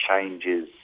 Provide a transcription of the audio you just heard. changes